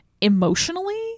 emotionally